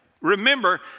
Remember